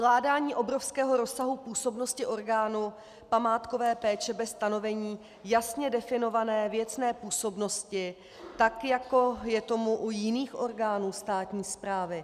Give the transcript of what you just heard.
Vkládání obrovského rozsahu působnosti orgánů památkové péče bez stanovení jasně definované věcné působnosti, tak jako je tomu u jiných orgánů státní správy.